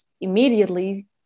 immediately